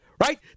Right